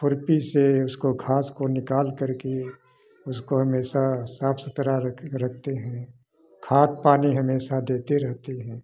खुरपी से उसको घास को निकाल कर के उसको हमेशा साफ सुथरा रखते हैं खाद पानी हमेशा देते रहते हैं